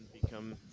become